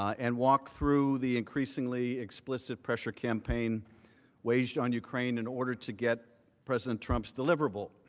and walk through the increasingly explicit pressure campaign waged on ukraine in order to get president trump deliverable,